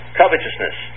covetousness